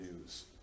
news